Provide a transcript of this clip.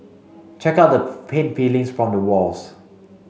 check out the paint peelings from the walls